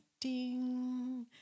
ding